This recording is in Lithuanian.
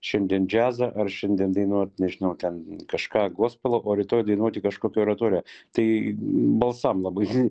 šiandien džiazą ar šiandien dainuot nežinau ten kažką gospelo o rytoj dainuoti kažkokią oratoriją tai balsam labai